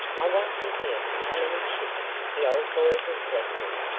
i want to hear how many chips the old boy has left me.